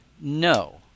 no